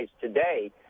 today